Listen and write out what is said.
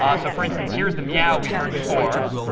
ah so, for instance, here's the meow we've heard before.